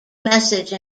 message